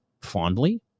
fondly